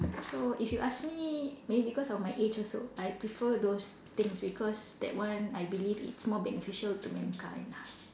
so if you ask me maybe because of my age also I prefer those things because that one I believe it's more beneficial to mankind lah